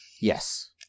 Yes